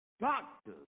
Doctors